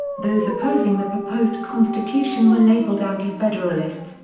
those opposing the proposed constitution were labeled anti-federalists,